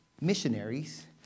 missionaries